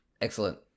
excellent